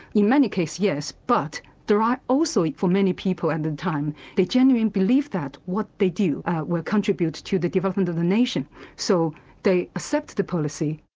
in many cases, yes, but there are also for many people at the time, the genuine belief that what they do contributes to the development of the nation so they accepted the policy.